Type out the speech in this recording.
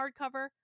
hardcover